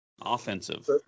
Offensive